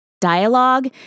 dialogue